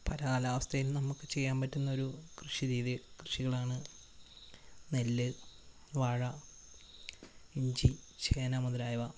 പല കാലാവസ്ഥയിലും നമുക്ക് ചെയ്യാന് പറ്റുന്നൊരു കൃഷിരീതി കൃഷികളാണ് നെല്ല് വാഴ ഇഞ്ചി ചേന മുതലായവ